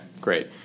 Great